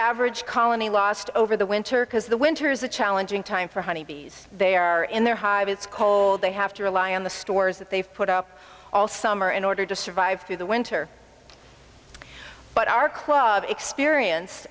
average colony lost over the winter because the winter is a challenging time for honeybees they are in their hives it's cold they have to rely on the stores that they've put up all summer in order to survive through the winter but our club experience